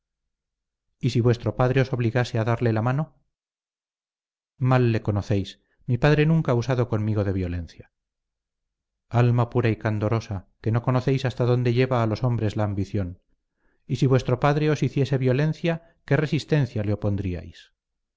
y si vuestro padre os obligase a darle la mano mal le conocéis mi padre nunca ha usado conmigo de violencia alma pura y candorosa que no conocéis hasta dónde lleva a los hombres la ambición y si vuestro padre os hiciese violencia qué resistencia le opondríais